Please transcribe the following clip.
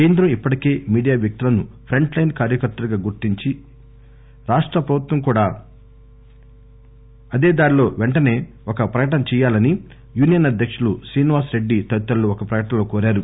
కేంద్రం ఇప్పటికే మీడియా వ్యక్తులను ప్రంట్ లైస్ కార్యకర్తలుగా గుర్తించి నందున రాష్ర ప్రభుత్వం కూడా అదే దారిలో పెంటసే ఒక ప్రకటన చేయాలని యూనియన్ అధ్యక్షులు శ్రీనివాస్ రెడ్డి తదితరులు ఒక ప్రకటనలో కోరారు